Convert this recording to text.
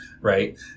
right